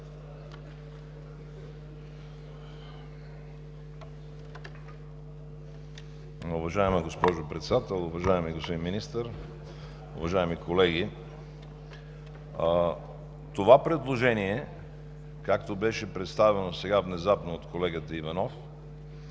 Това предложение, както беше представено сега внезапно от колегата Иванов,